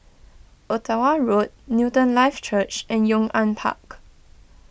Ottawa Road Newton Life Church and Yong An Park